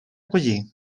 collir